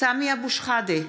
סמי אבו שחאדה,